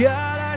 God